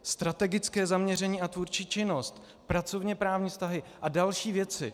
Strategické zaměření a tvůrčí činnost, pracovněprávní vztahy a další věci.